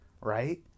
right